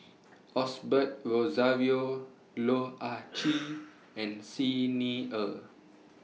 Osbert Rozario Loh Ah Chee and Xi Ni Er